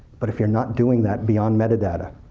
but if you're not doing that beyond metadata,